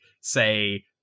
say